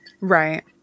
Right